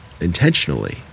intentionally